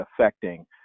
affecting